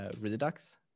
Redux